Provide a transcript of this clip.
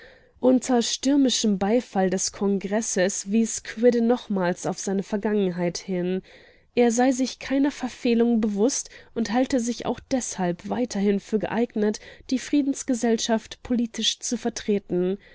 unter stürmischem beifall des kongresses wies quidde nochmals auf seine vergangenheit hin er sei sich keiner verfehlung bewußt und halte sich auch deshalb weiterhin für geeignet die friedensgesellschaft politisch zu vertreten